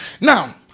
Now